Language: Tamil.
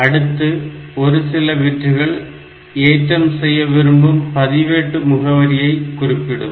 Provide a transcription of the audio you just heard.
அடுத்து ஒரு சில பிட்டுகள் ஏற்றம் செய்ய விரும்பும் பதிவேட்டு முகவரியை குறிப்பிடும்